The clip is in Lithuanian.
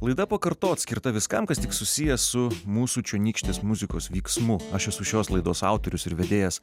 laida pakartot skirta viskam kas tik susiję su mūsų čionykštės muzikos vyksmu aš esu šios laidos autorius ir vedėjas